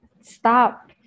stop